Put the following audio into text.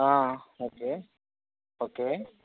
okay okay